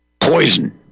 Poison